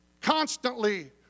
constantly